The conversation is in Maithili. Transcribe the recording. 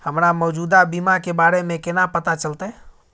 हमरा मौजूदा बीमा के बारे में केना पता चलते?